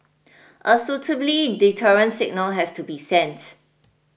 a suitably deterrent signal has to be sent